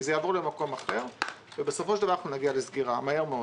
כי זה יעבור למקום אחר ובסופו של דבר אנחנו נגיע לסגירה מהר מאוד,